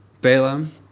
Balaam